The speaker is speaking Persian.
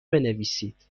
بنویسید